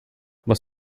was